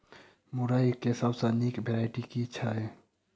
मुरई केँ सबसँ निक वैरायटी केँ छै?